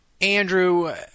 andrew